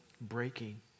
breaking